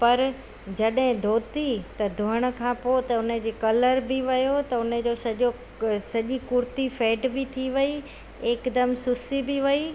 पर जॾहिं धोती त धोअण खां पोइ त हुन जो कलर बि वियो त हुन जो सॼो ग सॼो कुर्ती फेड बि थी वई हिकदमि सुसी बि वई